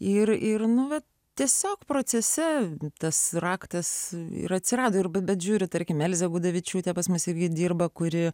ir ir nuolat tiesiog procese tas raktas ir atsirado ir bet žiūri tarkim elzė gudavičiūtė pas mus irgi dirba kuri